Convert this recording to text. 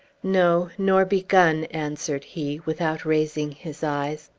no, nor begun, answered he, without raising his eyes.